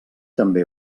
també